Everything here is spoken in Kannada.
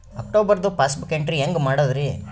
ಅಕ್ಟೋಬರ್ದು ಪಾಸ್ಬುಕ್ ಎಂಟ್ರಿ ಹೆಂಗ್ ಮಾಡದ್ರಿ?